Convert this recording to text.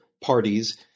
parties